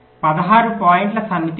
16 పాయింట్ల సమితి ఉంది